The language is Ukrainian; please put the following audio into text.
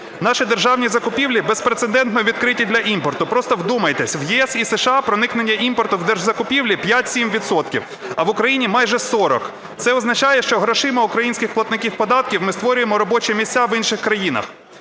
Наші державні закупівлі безпрецедентно відкриті для імпорту. Просто вдумайтесь: в ЄС і США проникнення імпорту в держзакупівлі 5-7 відсотків, а в Україні майже 40. Це означає, що грошима українських платників податків ми створюємо робочі місця в інших країнах.